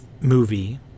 movie